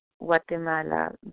Guatemala